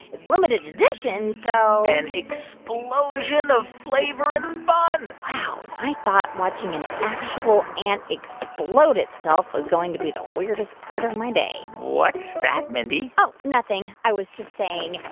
it's limited edition, so. an explosion of flavor and fun wow. and i thought watching an actual ant explode itself was going to be the weirdest part of my day what's that, mindy? oh, nothing. i was just saying,